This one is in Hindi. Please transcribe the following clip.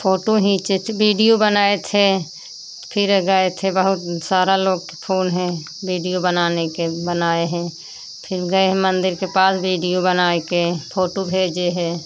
फोटो ही चेच बीडियो बनाए थे फिर गाए बहुत सारा लोग के फोन है बीडियो बनाने के बनाए हैं फिर गए हैं मंदिर के पास भिडियो बनाए के फोटू भेजे है